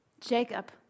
Jacob